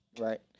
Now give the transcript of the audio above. Right